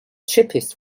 cheapest